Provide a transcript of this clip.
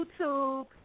YouTube